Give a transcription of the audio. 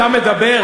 אתה שמת, אתה מדבר?